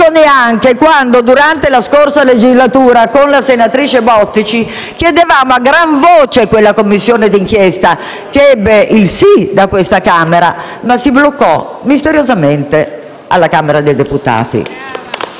neanche quando, durante la scorsa legislatura, con la senatrice Bottici, chiedevamo a gran voce l'istituzione di quella Commissione di inchiesta, che ebbe il sì da quest'Assemblea, ma si bloccò, misteriosamente, alla Camera dei deputati.